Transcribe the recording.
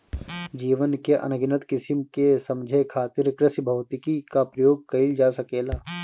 जीवन के अनगिनत किसिम के समझे खातिर कृषिभौतिकी क प्रयोग कइल जा सकेला